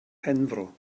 penfro